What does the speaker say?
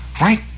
right